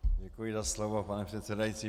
Děkuji za slovo, pane předsedající.